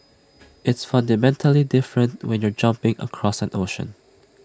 it's fundamentally different when you're jumping across an ocean